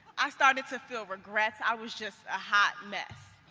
i started to feel regrets, i was just a hot mess,